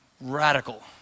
Radical